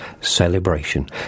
celebration